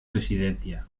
residencia